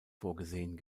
vorgesehen